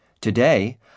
Today